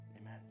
Amen